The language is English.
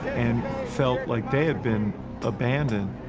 and felt like they had been abandoned.